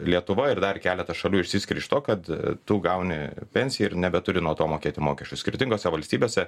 lietuva ir dar keletas šalių išsiskiria ir iš to kad tu gauni pensiją ir nebeturi nuo to mokėti mokesčių skirtingose valstybėse